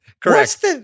Correct